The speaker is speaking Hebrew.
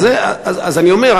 אז אני אומר,